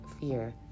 fear